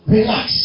Relax